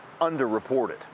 underreported